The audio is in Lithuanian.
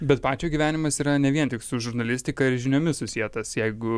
bet pačio gyvenimas yra ne vien tik su žurnalistika ir žiniomis susietas jeigu